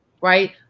right